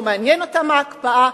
מה מעניין אותם מההקפאה.